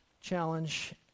challenge